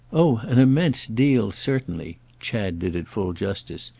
oh an immense deal certainly chad did it full justice.